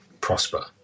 prosper